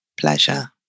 pleasure